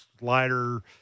slider